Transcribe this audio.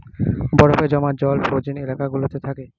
বরফে জমা জল ফ্রোজেন এলাকা গুলোতে থাকে